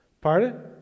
Pardon